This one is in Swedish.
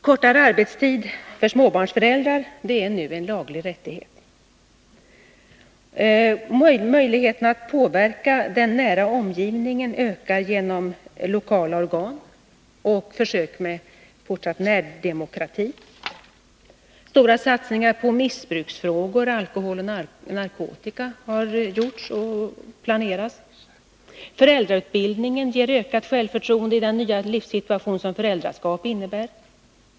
Kortare arbetstid för småbarnsföräldrar är nu en laglig rättighet. Möjligheterna att påverka den nära omgivningen ökar genom lokala organ och försök med närdemokrati. Stora satsningar på missbruksfrågor när det gäller alkohol och narkotika har gjorts och planeras. Föräldrautbildning ger ökat självförtroende i den nya livssituation som föräldraskap innebär.